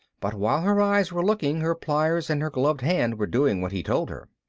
but while her eyes were looking her pliers and her gloved hand were doing what he told her.